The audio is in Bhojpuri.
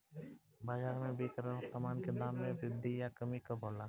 बाज़ार में बिक रहल सामान के दाम में वृद्धि या कमी कब होला?